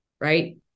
Right